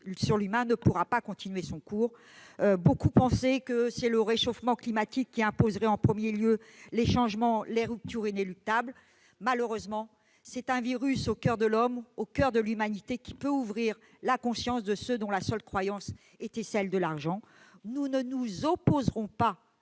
sur l'humain, ne pourra pas suivre son cours. Beaucoup pensaient que c'est le réchauffement climatique qui imposerait en premier lieu les changements et les ruptures inéluctables. Malheureusement, c'est un virus au coeur de l'homme, au coeur de l'humanité, qui peut ouvrir la conscience de ceux qui ne croient qu'à l'argent ... Nous ne nous opposerons pas